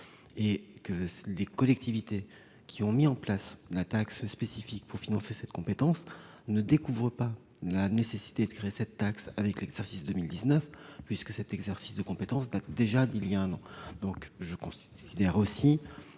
et que les collectivités ayant mis en place la taxe spécifique pour financer cette compétence ne découvrent pas la nécessité de créer cette taxe avec l'exercice 2019, puisque cet exercice de compétence date déjà d'un an.